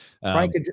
Frank